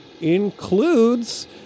includes